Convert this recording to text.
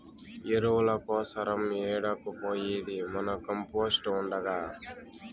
ఎరువుల కోసరం ఏడకు పోయేది మన కంపోస్ట్ ఉండగా